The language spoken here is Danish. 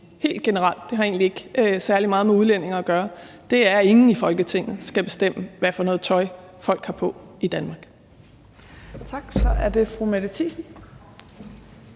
politik generelt – og det har egentlig ikke særlig meget med udlændinge at gøre – er, at ingen i Folketinget skal bestemme, hvad for noget tøj folk har på i Danmark.